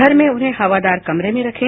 घर में उन्हें हवादार कमरे में रखें